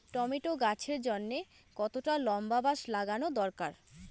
Tomato গাছের জন্যে কতটা লম্বা বাস লাগানো দরকার?